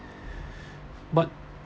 but